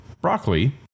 broccoli